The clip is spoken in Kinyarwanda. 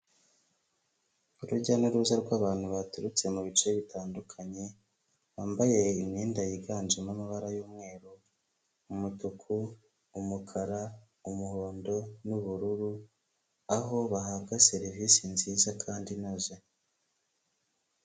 Urujya n'uruza rw'abantu baturutse mu bice bitandukanye, bambaye imyenda yiganjemo amabara y'umweru, umutuku, umukara, umuhondo n'ubururu, aho bahabwa serivise nziza kandi inoze.